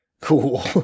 Cool